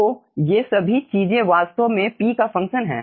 तो ये सभी चीजें वास्तव में p का फंक्शन हैं